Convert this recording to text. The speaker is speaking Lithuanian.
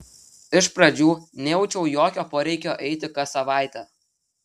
iš pradžių nejaučiau jokio poreikio eiti kas savaitę